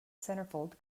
centerfold